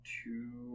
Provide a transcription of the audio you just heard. two